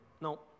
No